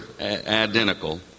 identical